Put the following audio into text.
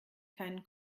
keinen